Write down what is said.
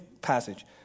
passage